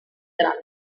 tràmit